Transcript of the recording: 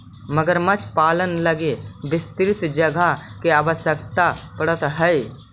मगरमच्छ पालन लगी विस्तृत जगह के आवश्यकता पड़ऽ हइ